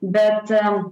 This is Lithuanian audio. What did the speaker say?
bet e